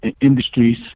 industries